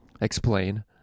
explain